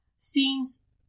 seems